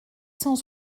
cent